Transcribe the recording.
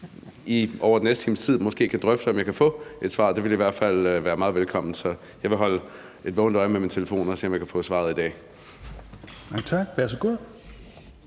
af den næste times tid kan drøfte, om jeg kan få et svar. Det ville i hvert fald være meget velkomment. Så jeg vil holde et vågent øje med min telefon og se, om jeg kan få svaret i dag. Kl.